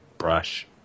brush